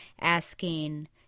asking